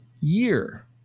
year